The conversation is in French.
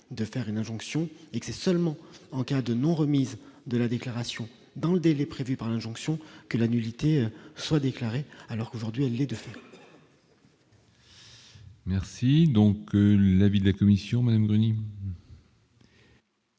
de faire une injonction et c'est seulement en cas de non remise de la déclaration dans le délai prévu par l'injonction que la nullité soit déclaré alors qu'aujourd'hui est de fait. Merci donc l'avis de la commission Madame Denis.